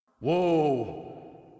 Whoa